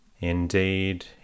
Indeed